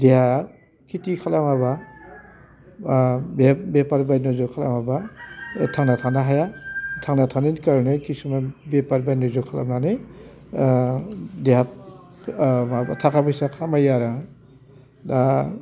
देहाया खेथि खालामाबा बे बेफोरबायदि खालामाबा थांना थानो हाया थांना थांनो खार'नै खिसुमान बेफारनिफ्राय निरज' खालामनानै देहा माबा थाखा फैसा खामायो आरो आं दा